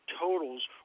totals